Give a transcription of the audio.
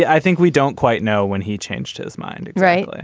i think we don't quite know when he changed his mind. right.